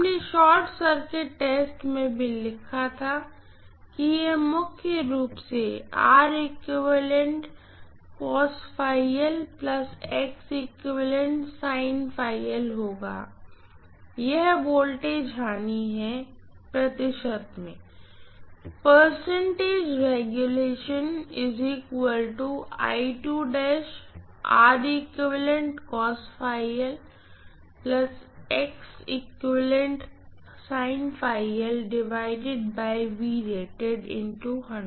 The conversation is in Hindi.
हमने शार्ट सर्किट टेस्ट में भी लिखा था कि ये मुख्य रूप से होगा यह वोल्टेज लॉस है